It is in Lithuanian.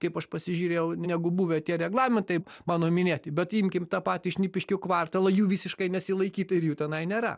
kaip aš pasižiūrėjau negu buvę tie reglamentai mano minėti bet imkim tą patį šnipiškių kvartalą jų visiškai nesilaikyta ir jų tenai nėra